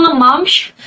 momshs.